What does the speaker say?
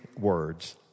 words